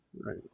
Right